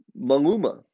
Maluma